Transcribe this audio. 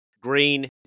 Green